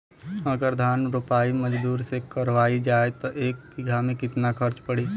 अगर धान क रोपाई मजदूर से करावल जाई त एक बिघा में कितना खर्च पड़ी?